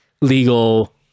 legal